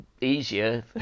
easier